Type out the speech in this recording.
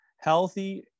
healthy